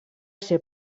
ser